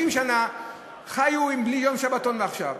30 שנה חיו בלי יום שבתון, ועכשיו?